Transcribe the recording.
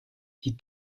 die